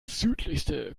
südlichste